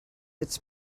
its